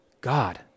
God